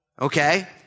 Okay